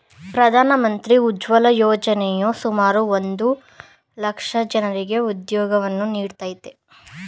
ಪ್ರಧಾನ ಮಂತ್ರಿ ಉಜ್ವಲ ಯೋಜನೆಯು ಸುಮಾರು ಒಂದ್ ಲಕ್ಷ ಜನರಿಗೆ ಉದ್ಯೋಗವನ್ನು ನೀಡಯ್ತೆ